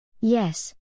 Yes